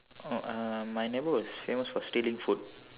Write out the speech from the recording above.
uh my neighbor was famous for stealing food